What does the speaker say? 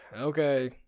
Okay